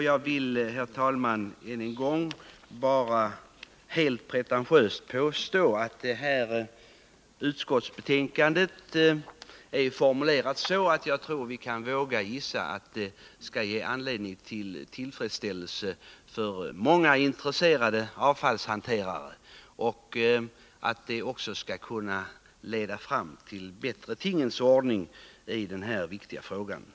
Jag vill, herr talman, än en gång helt pretentiöst påstå att utskottsbetänkandet är formulerat så att vi kan våga gissa att det skall ge anledning till tillfredsställelse för många intresserade avfallshanterare och att det också skall kunna leda fram till en bättre tingens ordning på detta viktiga område.